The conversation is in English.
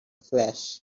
flesh